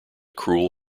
cruel